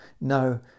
No